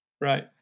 right